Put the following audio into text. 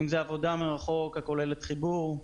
אם זו עבודה מרחוק הכוללת חיבור,